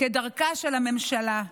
כדרכה של הממשלה.